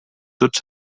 tots